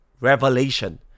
revelation